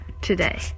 today